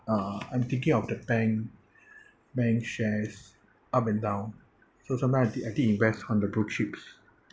uh I'm thinking of the bank bank shares up and down so sometimes I d~ I did invest on the blue chips